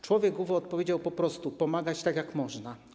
Człowiek ów odpowiedział po prostu: pomagać, tak jak można.